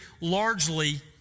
largely